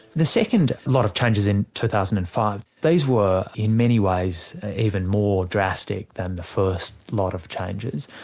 the second lot of changes in two thousand and five, these were in many ways even more drastic than the first lot of changes,